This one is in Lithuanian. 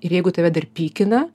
ir jeigu tave dar pykina